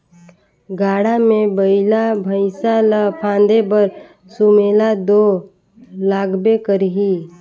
गाड़ा मे बइला भइसा ल फादे बर सुमेला दो लागबे करही